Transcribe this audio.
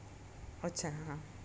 अच्छा हां